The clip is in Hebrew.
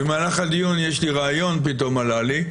במהלך הדיון יש לי רעיון שפתאום עלה לי,